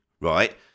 right